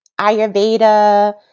Ayurveda